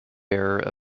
bearer